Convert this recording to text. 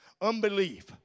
unbelief